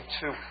two